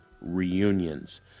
Reunions